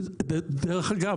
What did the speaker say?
דרך אגב,